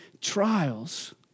trials